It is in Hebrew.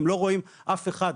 הם לא רואים אף אחד,